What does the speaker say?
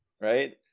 right